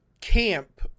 camp